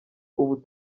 ubu